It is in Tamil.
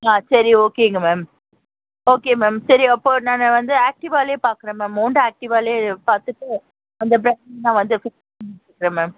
ஆ சரி ஓகேங்க மேம் ஓகே மேம் சரி அப்போது நான் வந்து ஆக்ட்டிவாலேயே பார்க்குறேன் மேம் ஹோண்டா ஆக்ட்டிவாலேயே பார்த்துட்டு அந்த ப்ராண்ட் நான் வந்து பிக்ஸ் பண்ணிக்கிறேன் மேம்